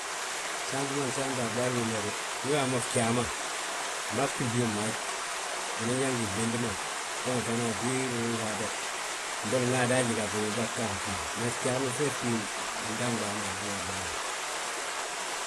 Gsaanti ma nsaante a ɓaali wiinda we de, ndu uyaa mo fjaa ma fmafgi fñób ma haaj, unan yaa ngi fmindi ma, fee ma fana fii ruŋ ga habe. Bolo nda adaaji gaŧ mo habo, bâgaafi, mee fjaa ma feefgi fndaŋ bâa ma a ɓaali ma.